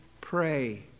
pray